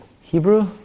Hebrew